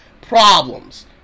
problems